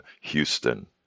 Houston